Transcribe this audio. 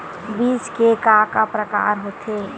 बीज के का का प्रकार होथे?